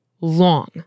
long